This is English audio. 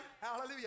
Hallelujah